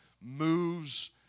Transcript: moves